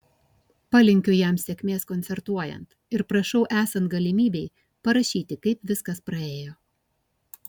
palinkiu jam sėkmės koncertuojant ir prašau esant galimybei parašyti kaip viskas praėjo